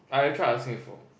I I've tried asking before